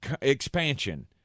expansion